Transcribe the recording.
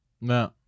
No